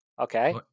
Okay